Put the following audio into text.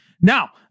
Now